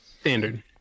standard